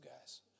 guys